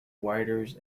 writers